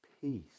peace